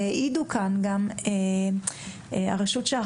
כמו שהעידו כאן מנציבות שירות המדינה,